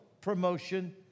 promotion